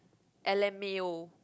L_M_A_O